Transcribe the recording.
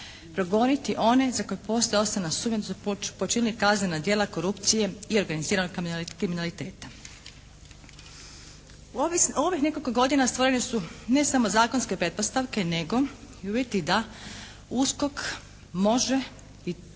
progoniti one za koje postoji osnovana sumnja da su počinili kaznena djela korupcije i organiziranog kriminaliteta. U ovih nekoliko godina stvorene su ne samo zakonske pretpostavke nego i uvjeti da USKOK može a